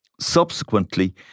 Subsequently